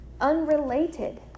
unrelated